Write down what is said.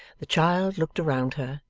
the child looked around her,